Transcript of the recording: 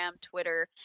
Twitter